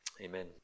Amen